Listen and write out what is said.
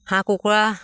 হাঁহ কুকুৰা